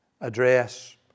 address